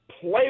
play